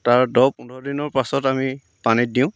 তাৰ দহ পোন্ধৰ দিনৰ পাছত আমি পানীত দিওঁ